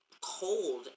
cold